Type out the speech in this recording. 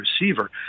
receiver